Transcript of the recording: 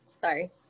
sorry